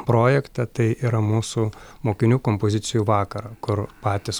projektą tai yra mūsų mokinių kompozicijų vakarą kur patys